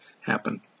happen